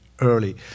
early